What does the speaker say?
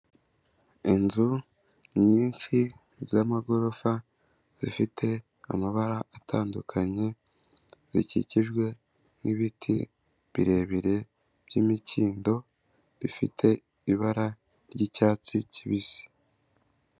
IInzu nyinshi z'amagorofa zifite amabara atandukanye, zikikijwe n'ibiti birebire by'imikindo, bifite ibara ry'icyatsi kibisi.